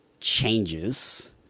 changes